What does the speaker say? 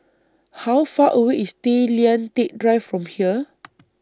How Far away IS Tay Lian Teck Drive from here